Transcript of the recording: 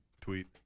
tweet